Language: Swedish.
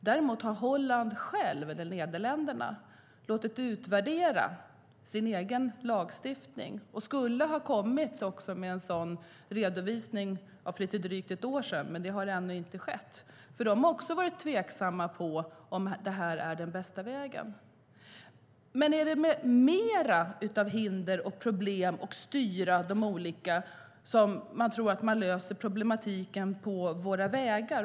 Däremot har Holland, eller Nederländerna, låtit utvärdera sin egen lagstiftning. Man skulle ha kommit med en redovisning för lite drygt ett år sedan, men det har ännu inte skett. Även Holland har varit tveksamt till om det här är den bästa vägen. Men är det med mer av hinder, problem och styrning av de olika som man tror att man löser problematiken på våra vägar?